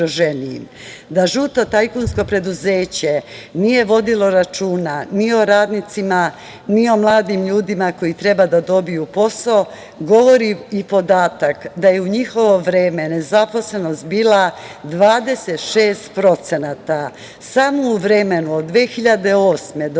žuto tajkunsko preduzeće nije vodilo računa ni o radnicima, ni o mladim ljudima koji treba da dobiju posao govori i podatak da je u njihovo vreme nezaposlenost bila 26%. Samo u vremenu od 2008. godine